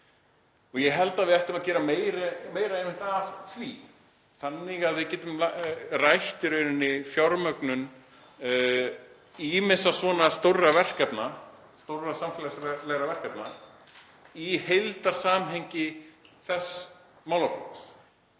er. Ég held að við ættum að gera meira einmitt af því þannig að við getum rætt fjármögnun ýmissa svona stórra verkefna, stórra samfélagslegra verkefna, í heildarsamhengi þess málaflokks,